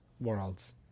worlds